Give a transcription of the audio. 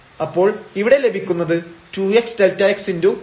അപ്പോൾ ഇവിടെ ലഭിക്കുന്നത് 2xΔx Δx എന്നാണ്